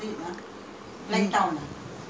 we went to uh where was it there